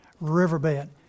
riverbed